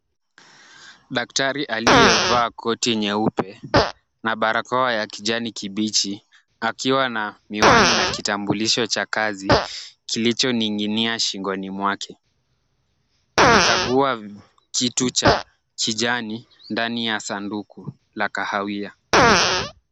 Daktari aliyevaa koti nyeupe na barakoa ya kijani kibichi, akiwa na miwani na kitambulisho cha kazi kilichoning'inia shingoni mwake. Anakagua kitu cha kijani ndani ya sanduku la kahawia.